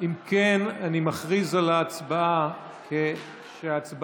אם כן, אני מכריז שההצבעה הסתיימה,